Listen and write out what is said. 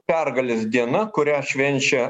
pergalės diena kurią švenčia